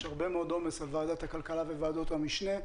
יש הרבה מאוד עומס על ועדת הכלכלה ועל ועדות המשנה,